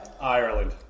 Ireland